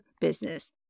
business